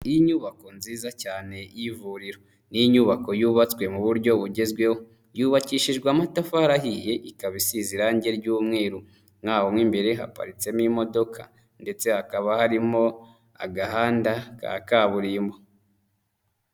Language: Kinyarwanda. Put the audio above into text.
Iyi nyubako nziza cyane y'ivuriro ni inyubako yubatswe mu buryo bugezweho, yubakishijwe amatafari ahiye ikaba isize irange ry'umweru, muri aho mo imbere haparitsemo imodoka ndetse hakaba harimo agahanda ka kaburimbo.